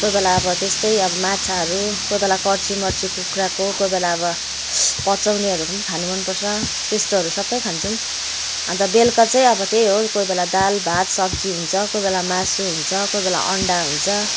कोही बेला अब त्यस्तै अब माछाहरू कोही बेला कर्ची मर्ची कुखुराको कोही बेला अब पचाउनीहरूको पनि खान मन पर्छ त्यस्तोहरू सबै खान्छौँ अन्त बेलुका चाहिँ अब त्यही हो कोही बेला दाल भात सब्जी हुन्छ कोही बेला मासु हुन्छ कोही बेला अन्डा हुन्छ